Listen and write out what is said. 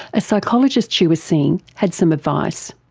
a psychologist she was seeing had some advice.